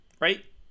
Right